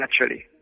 naturally